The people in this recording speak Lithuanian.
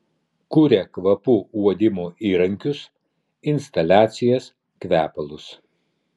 kuria kvapų uodimo įrankius instaliacijas kvepalus